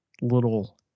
little